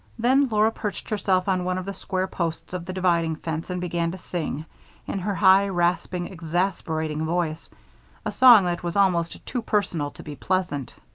then laura perched herself on one of the square posts of the dividing fence and began to sing in her high, rasping, exasperating voice a song that was almost too personal to be pleasant.